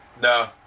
No